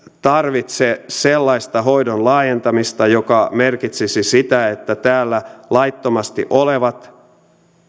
tarvitse sellaista hoidon laajentamista joka merkitsisi sitä että täällä laittomasti olevat